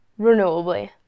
renewably